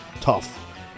tough